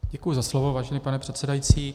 Děkuji za slovo, vážený pane předsedající.